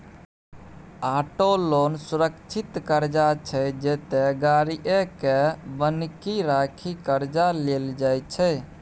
auto loan सुरक्षित करजा छै जतय गाड़ीए केँ बन्हकी राखि करजा लेल जाइ छै